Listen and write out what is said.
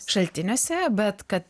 šaltiniuose bet kad